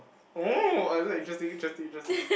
orh like that interesting interesting interesting